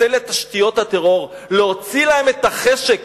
לחסל את תשתיות הטרור, להוציא להם את החשק